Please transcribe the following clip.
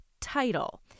title